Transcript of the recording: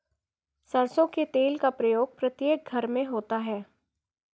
सरसों के तेल का प्रयोग प्रत्येक घर में होता है